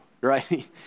right